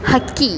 ಹಕ್ಕಿ